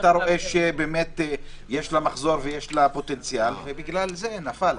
רואה שיש לה מחזור ויש לה פוטנציאל ובגלל הקורונה היא נפלה.